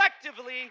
collectively